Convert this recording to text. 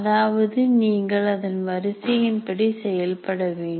அதாவது நீங்கள் அதன் வரிசையின் படி செயல்பட வேண்டும்